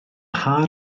mha